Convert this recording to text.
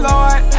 Lord